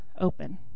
open